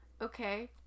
okay